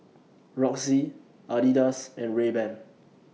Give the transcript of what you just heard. Roxy Adidas and Rayban